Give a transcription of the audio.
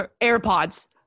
AirPods